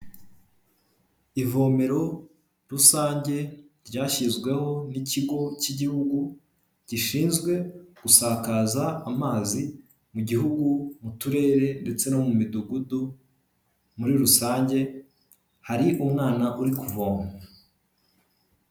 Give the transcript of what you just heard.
Ivomero rusange ryashyizweho n'ikigo cy'igihugu gishinzwe gusakaza amazi mu gihugu mu turere ndetse no mu midugudu muri rusange, hari umwana uri kuvoma.